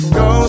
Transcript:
go